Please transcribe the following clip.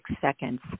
Seconds